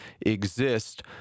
exist